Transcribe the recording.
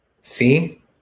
See